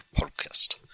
podcast